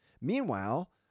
Meanwhile